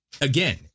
again